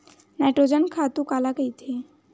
Nitrogen खातु काला कहिथे?